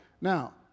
Now